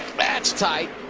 that's tight.